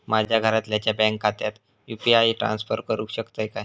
माझ्या घरातल्याच्या बँक खात्यात यू.पी.आय ट्रान्स्फर करुक शकतय काय?